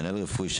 מנהל רפואי,